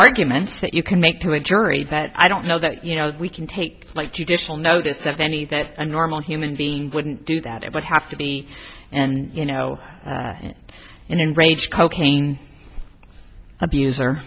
arguments that you can make to a jury but i don't know that you know we can take like judicial notice that any that a normal human being wouldn't do that it would have to be and you know and embrace cocaine abuse